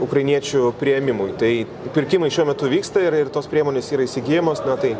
ukrainiečių priėmimui tai pirkimai šiuo metu vyksta ir ir tos priemonės yra įsigyjamos na tai